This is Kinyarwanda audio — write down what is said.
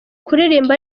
kuririmba